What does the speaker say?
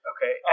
Okay